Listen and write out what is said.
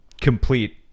complete